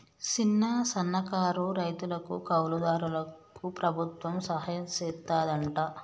సిన్న, సన్నకారు రైతులకు, కౌలు దారులకు ప్రభుత్వం సహాయం సెత్తాదంట